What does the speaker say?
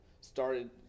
started